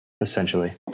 essentially